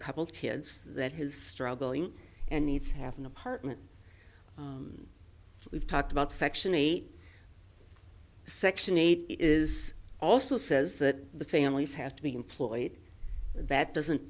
couple kids that has struggling and needs to have an apartment we've talked about section eight section eight is also says that the families have to be employed that doesn't